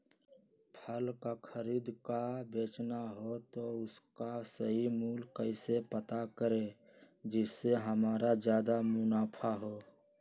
फल का खरीद का बेचना हो तो उसका सही मूल्य कैसे पता करें जिससे हमारा ज्याद मुनाफा हो?